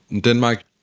Denmark